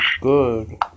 good